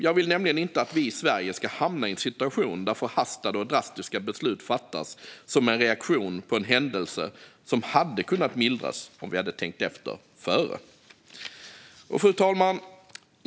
Jag vill nämligen inte att vi i Sverige ska hamna i en situation där förhastade och drastiska beslut fattas som en reaktion på en händelse som hade kunnat mildras om vi hade tänkt efter före. Fru talman!